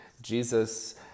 Jesus